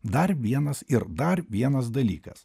dar vienas ir dar vienas dalykas